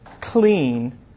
clean